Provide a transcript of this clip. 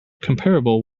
comparable